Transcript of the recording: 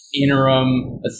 interim